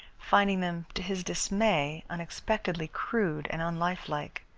finding them, to his dismay, unexpectedly crude and unlifelike.